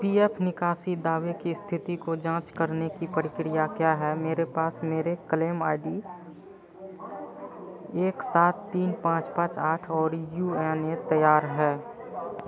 P F निकासी दावे की इस्थिति की जाँच करने की प्रक्रिया क्या है मेरे पास मेरे क्लेम आई डी एक सात तीन पाँच पाँच आठ और यू एन ए तैयार है